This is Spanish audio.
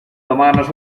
tomarnos